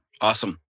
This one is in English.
awesome